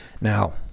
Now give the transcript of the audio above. Now